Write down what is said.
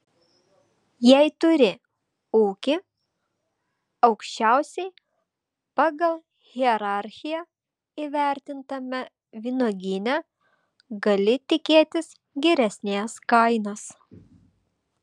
jei turi ūkį aukščiausiai pagal hierarchiją įvertintame vynuogyne gali tikėtis geresnės kainos